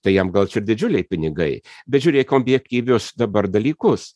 tai jam gal čia ir didžiuliai pinigai bet žiūrėk objektyvius dabar dalykus